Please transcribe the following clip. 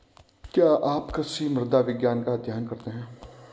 क्या आप कृषि मृदा विज्ञान का अध्ययन करते हैं?